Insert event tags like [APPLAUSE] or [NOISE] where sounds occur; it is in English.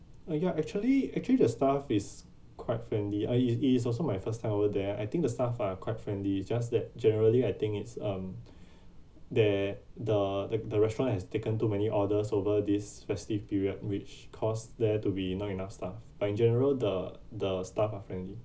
uh yeah actually actually the staff is quite friendly I it it is also my first time over there I think the staff are quite friendly just that generally I think it's um [BREATH] there the the the restaurant has taken too many orders over this festive period which caused there to be not enough staff but in general the the staff are friendly